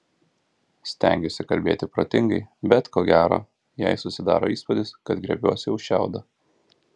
stengiuosi kalbėti protingai bet ko gero jai susidaro įspūdis kad griebiuosi už šiaudo